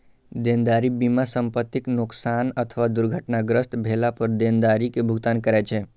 देनदारी बीमा संपतिक नोकसान अथवा दुर्घटनाग्रस्त भेला पर देनदारी के भुगतान करै छै